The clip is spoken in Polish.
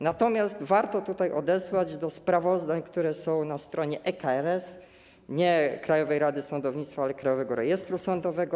Natomiast warto tutaj odesłać do sprawozdań, które są na stronie e-KRS, nie Krajowej Rady Sądownictwa, ale Krajowego Rejestru Sądowego.